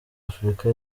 afrika